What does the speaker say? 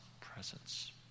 presence